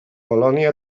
polonia